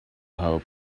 how